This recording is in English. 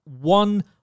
one